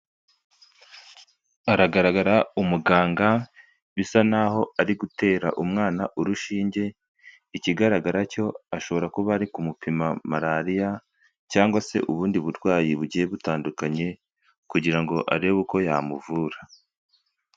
Aragaragara umuganga bisa n'aho ari gutera umwana urushinge, ikigaragara cyo ashobora kuba ari kumupima malariya cyangwa se ubundi burwayi bugiye butandukanye, kugira ngo arebe uko yamuvura.